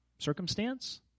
circumstance